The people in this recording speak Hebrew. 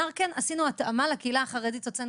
שנער אמרה שהם עשו התאמה לקהילה החרדית והוציאו